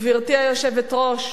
גברתי היושבת-ראש,